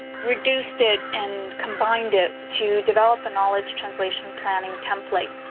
reduced it and combined it to develop a knowledge translation planning template